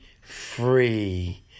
free